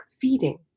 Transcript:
feeding